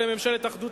הציבור.